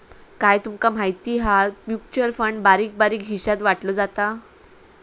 काय तूमका माहिती हा? म्युचल फंड बारीक बारीक हिशात वाटलो जाता